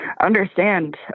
understand